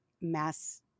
mass